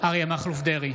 אריה מכלוף דרעי,